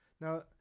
Now